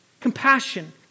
compassion